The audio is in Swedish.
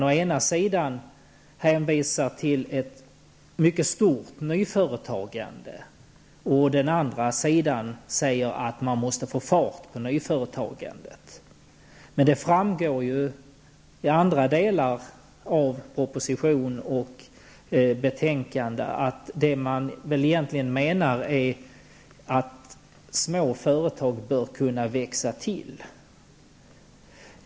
Å ena sidan talar man om ett mycket stort nyföretagande. Å den andra säger man att det måste bli fart på nyföretagandet. Det framgår av propositionen och betänkandet att det man egentligen menar är att små företag bör kunna växa till.